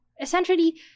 essentially